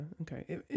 okay